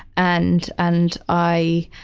and, and i,